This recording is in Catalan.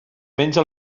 menja